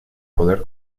poder